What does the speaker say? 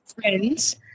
friends